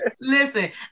listen